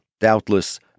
Doubtless